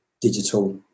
digital